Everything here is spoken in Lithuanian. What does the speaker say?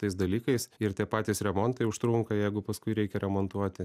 tais dalykais ir tie patys remontai užtrunka jeigu paskui reikia remontuoti